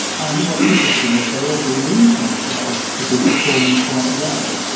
and what's interesting is they all believe themselves to be performing quite well.